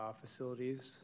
facilities